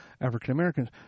african-americans